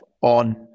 on